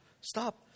stop